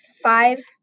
Five